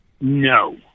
No